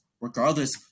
regardless